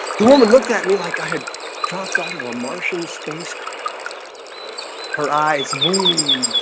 the woman looked at me like i had dropped out of a martian spacecraft her eyes move